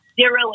zero